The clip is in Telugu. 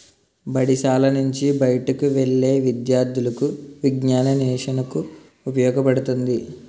బడిశాల నుంచి బయటకు వెళ్లే విద్యార్థులకు విజ్ఞానాన్వేషణకు ఉపయోగపడుతుంది